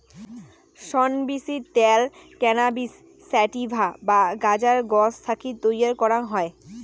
শন বীচির ত্যাল cannabis sativa বা গাঁজার গছ থাকি তৈয়ার করাং হই